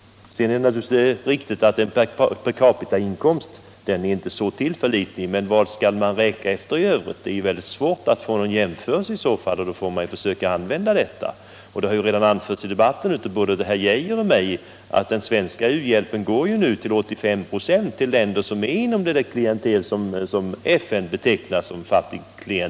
Sedan är det naturligtvis riktigt att en per capita-inkomst inte är helt tillförlitlig. Men vad skall man annars jämföra med? Det är svårt att hitta någon annan jämförelsegrund. och då får man försöka använda denna. Det har också redan anförts i debatten av både herr Arne Geijer i Stockholm och mig att den svenska u-hjälpen nu till 85 24 går till den kategori som FN betecknar som fattiga länder.